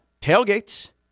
tailgates